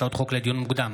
הצעות חוק לדיון מוקדם,